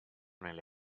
nelle